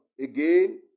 again